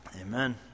Amen